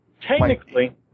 technically